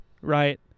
right